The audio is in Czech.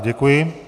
Děkuji.